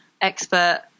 expert